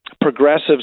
progressives